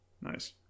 Nice